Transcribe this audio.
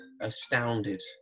astounded